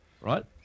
right